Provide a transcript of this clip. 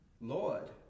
Lord